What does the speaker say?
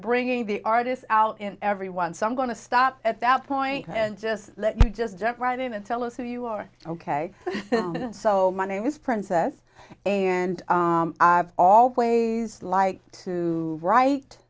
bringing the artists out and everyone some going to stop at that point and just let me just jump right in and tell us who you are ok so my name is princess and i've always like to write